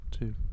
two